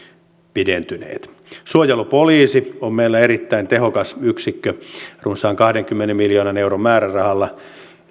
pidentyneet suojelupoliisi on meillä erittäin tehokas yksikkö runsaan kahdenkymmenen miljoonan euron määrärahalla